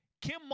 Kim